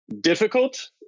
difficult